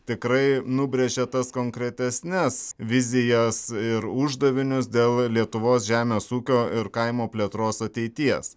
tikrai nubrėžė tas konkretesnes vizijas ir uždavinius dėl lietuvos žemės ūkio ir kaimo plėtros ateities